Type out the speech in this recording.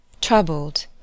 troubled